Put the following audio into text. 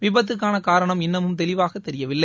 விபத்துக்கான காரணம் இன்னமும் தெளிவாகத் தெரியவில்லை